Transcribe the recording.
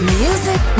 music